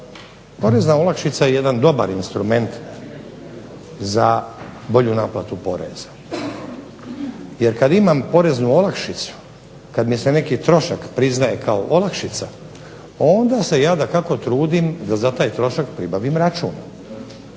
Porezna olakšica je jedan dobar instrument za bolju naplatu poreza. Jer kada imam poreznu olakšicu kada mi se neki trošak priznaje kao olakšica, onda se ja dakako trudim da za taj trošak pribavim račun,